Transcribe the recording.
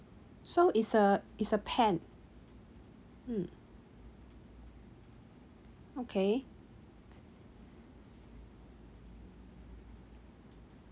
so is a is a pen mm okay